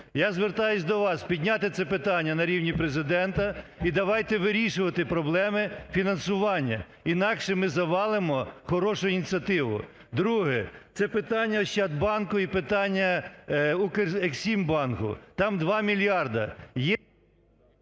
Я звертаюсь до вас підняти це питання на рівні Президента. І давайте вирішувати проблеми фінансування. Інакше ми завалимо хорошу ініціативу. Друге. Це питання "Ощадбанку" і питання "Укрексімбанку". Там два мільярда.